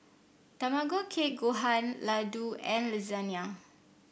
Tamago Kake Gohan Ladoo and Lasagna